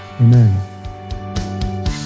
Amen